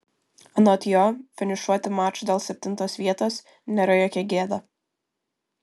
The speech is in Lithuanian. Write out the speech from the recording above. anot jo finišuoti maču dėl septintos vietos nėra jokia gėda